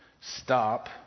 Stop